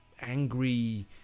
Angry